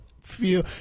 feel